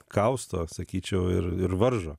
kausto sakyčiau ir ir varžo